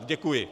Děkuji.